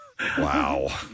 Wow